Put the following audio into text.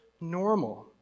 normal